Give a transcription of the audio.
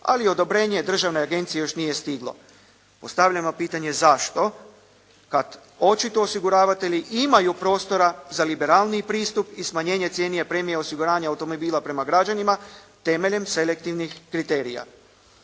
ali odobrenje državne agencije još nije stiglo. Postavljamo pitanje zašto, kada očito osiguravatelji imaju prostora za liberalniji pristup i smanjenje cijena premija osiguranja automobila prema građanima temeljem selektivnih kriterija.